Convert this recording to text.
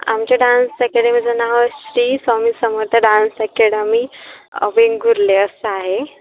आमच्या डान्स अकॅडमीचं नाव श्री स्वामी समर्थ डान्स अकॅडमी वेंगुर्ले असं आहे